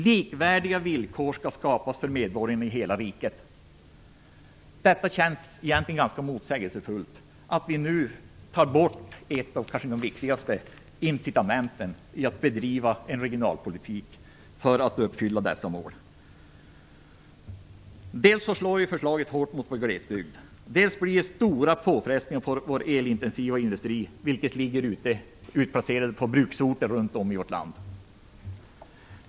Likvärdiga villkor skall skapas för medborgarna i hela riket. Det upplevs egentligen som ganska motsägelsefullt att vi nu tar bort ett av de kanske viktigaste incitamenten när det gäller att bedriva en regionalpolitik som syftar till att uppfylla nämnda mål. Dels slår förslaget hårt mot vår glesbygd, dels blir det stora påfrestningar på vår elintensiva industri som är utplacerad på bruksorter runt om i vårt land.